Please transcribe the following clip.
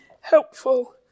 helpful